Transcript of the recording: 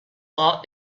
law